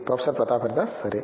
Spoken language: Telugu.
ప్రొఫెసర్ ప్రతాప్ హరిదాస్ సరే